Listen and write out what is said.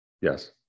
Yes